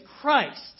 Christ